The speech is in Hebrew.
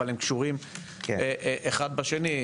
אבל הם קשורים אחד בשני.